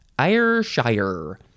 Ayrshire